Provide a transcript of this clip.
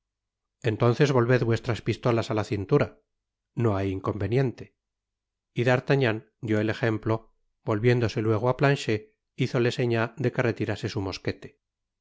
entonces volved vuestras pistolas á la cintura no hay inconveniente y d'artagnan dió el ejemplo volviéndose luego á planchet hizole seña de que retirase su mosquete